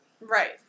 Right